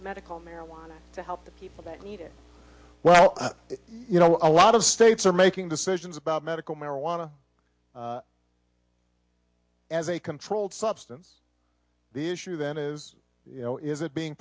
medical marijuana to help the people that need it well you know a lot of states are making decisions about medical marijuana as a controlled substance the issue then is you know is it being